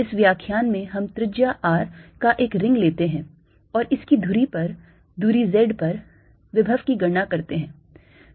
इस व्याख्यान में हम त्रिज्या r का एक रिंग लेते हैं और इसकी धुरी पर दूरी z पर विभव की गणना करते हैं